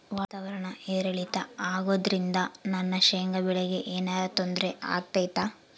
ವಾತಾವರಣ ಏರಿಳಿತ ಅಗೋದ್ರಿಂದ ನನ್ನ ಶೇಂಗಾ ಬೆಳೆಗೆ ಏನರ ತೊಂದ್ರೆ ಆಗ್ತೈತಾ?